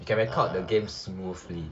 you can record the games smoothly